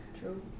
True